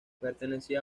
pertenecía